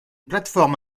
plateforme